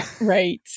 right